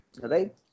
Right